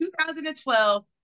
2012